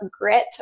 grit